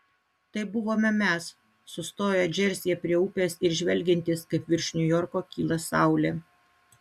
tai buvome mes sustoję džersyje prie upės ir žvelgiantys kaip virš niujorko kyla saulė